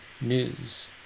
news